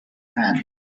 hand